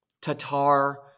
Tatar